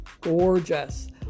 gorgeous